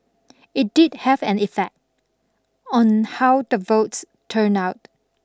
it did have an effect on how the votes turned out